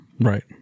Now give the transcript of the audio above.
right